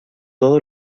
todo